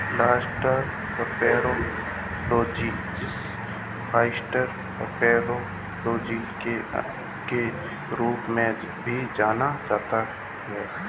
plant pathology जिसे phytopathology के रूप में भी जाना जाता है